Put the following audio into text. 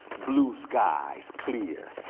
blue skies, clear.